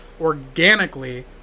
organically